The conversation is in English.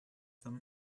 them